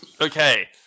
Okay